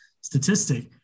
statistic